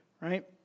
right